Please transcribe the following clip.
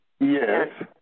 Yes